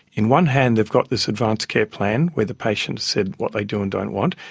in one hand they've got this advanced care plan where the patient has said what they do and don't want.